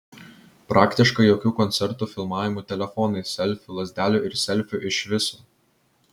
praktiškai jokių koncertų filmavimų telefonais selfių lazdelių ir selfių iš viso